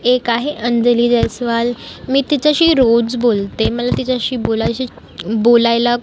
एक आहे अंजली जयस्वाल मी तिच्याशी रोज बोलते मला तिच्याशी बोलायशी बोलायला